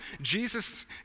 Jesus